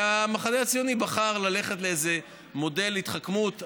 המחנה הציוני בחר ללכת לאיזה מודל התחכמות.